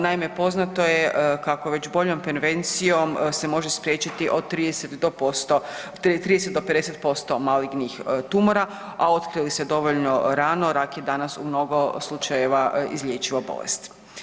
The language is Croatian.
Naime, poznato je kako već boljom prevencijom se može spriječiti od 30 do 50% malignih tumora, a otkrije li se dovoljno rano rak je danas u mnogo slučajeva izlječiva bolest.